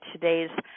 Today's